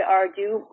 argue